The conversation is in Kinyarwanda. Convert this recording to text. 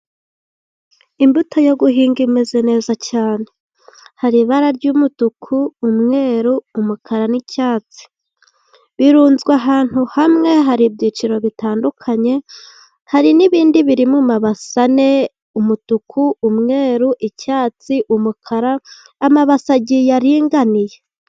Imbuto yo guhinga imeze neza cyane, hari ibara ry'umutuku, umweru, umukara n'icyatsi, birunzwe ahantu hamwe, hari ibyiciro bitandukanye, hari n'ibindi biri mu mabasi ane umutuku, umweru, icyatsi, umukara, amabasi agiye aringaniye.